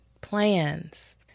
plans